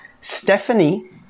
Stephanie